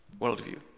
worldview